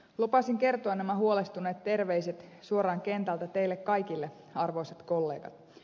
lupasin kertoa nämä huolestuneet terveiset suoraan kentältä teille kaikille arvoisat kollegat